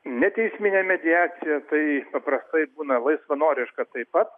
neteisminė mediacija tai paprastai būna laisvanoriška taip pat